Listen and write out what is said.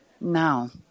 Now